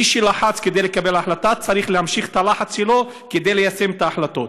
מי שלחץ כדי לקבל החלטה צריך להמשיך את הלחץ שלו כדי ליישם את ההחלטות.